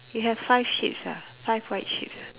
you have five sheep's ah five white sheep's ah